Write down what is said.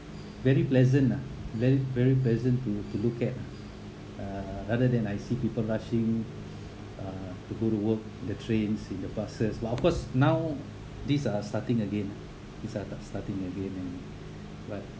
very pleasant lah then very pleasant to to look at ah uh rather than I see people rushing uh to go to work in the trains in the buses but of course now these are starting again these are starting again and but